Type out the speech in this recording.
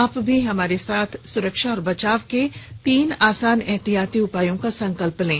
आप भी हमारे साथ सुरक्षा और बचाव के तीन आसान एहतियाती उपायों का संकल्प लें